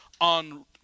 on